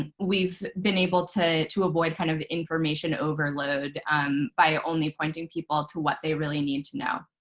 we've been able to to avoid kind of information overload um by only pointing people to what they really need to know.